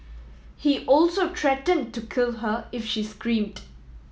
he also threatened to kill her if she screamed